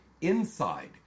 inside